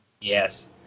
Yes